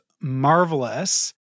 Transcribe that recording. Marvelous